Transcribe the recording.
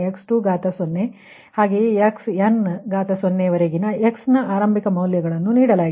xn0 ನ ವರೆಗೆ x ನ ಆರ0ಬಿಕ ಮೌಲ್ಯಗಳನ್ನು ನೀಡಲಾಗಿದೆ